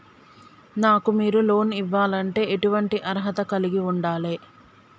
నాకు మీరు లోన్ ఇవ్వాలంటే ఎటువంటి అర్హత కలిగి వుండాలే?